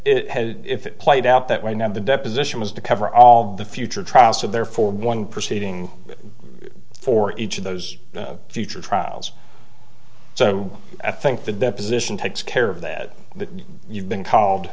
has if it played out that way now the deposition was to cover all the future trial so therefore one proceeding for each of those future trials so i think the deposition takes care of that that you've been called